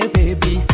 baby